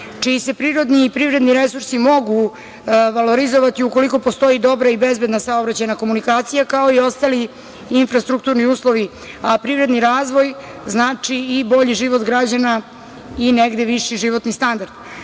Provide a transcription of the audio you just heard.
čiji se prirodni i privredni resursi mogu valorizovati ukoliko postoji dobra i bezbedna saobraćajna komunikacija, kao i ostali infrastrukturni uslovi. A privredni razvoj znači i bolji život građana i negde viši životni standard. Dakle,